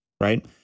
right